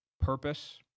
Purpose